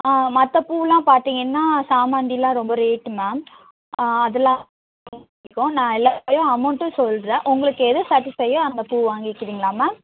ஆ மற்ற பூவெலாம் பார்த்தீங்கன்னா சாமந்தியெலாம் ரொம்ப ரேட்டு மேம் அதெலாம் இருக்கும் நான் எல்லாத்தோடையும் அமௌண்ட்டும் சொல்கிறேன் உங்களுக்கு எது சாட்டிஸ்ஃபையோ அந்த பூ வாங்கிக்கிறீங்களா மேம்